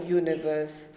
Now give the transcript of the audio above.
universe